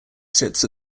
sits